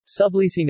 Subleasing